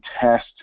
test